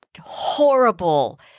horrible